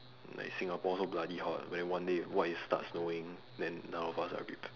like singapore so bloody hot then one day what if starts snowing then none of us are prepared